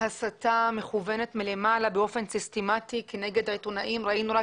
הסתה מכוונת מלמעלה באופן סיסטמתי כנגד עיתונאים ראינו רק